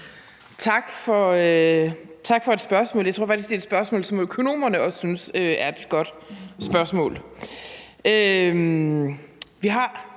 Tak for spørgsmålet. Jeg tror faktisk, det er et spørgsmål, som økonomerne også synes er et godt spørgsmål.